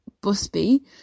Busby